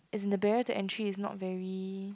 is the barrier to entry is not very